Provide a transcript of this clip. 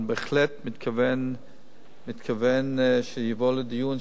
אני בהחלט מתכוון שזה יבוא לדיון,